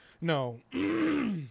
No